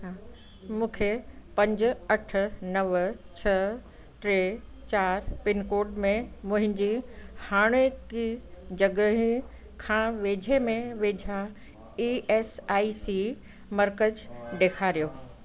मूंखे पंज अठ नव छह टे चारि पिनकोड में मुंहिंजी हाणोकी जॻह खां वेझे में वेझा ई एस आई सी मर्कज़ ॾेखारियो